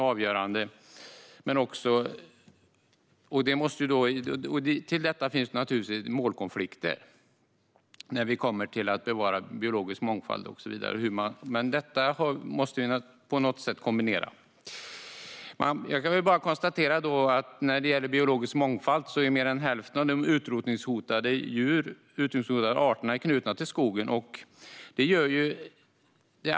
Här finns det naturligtvis målkonflikter när det kommer till att bevara biologisk mångfald och så vidare, men detta måste på något sätt gå att kombinera. När det gäller biologisk mångfald är mer än hälften av de utrotningshotade djurarterna knutna till skogen.